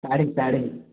sari sari